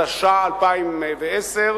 התש"ע 2010,